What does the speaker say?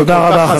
תודה רבה,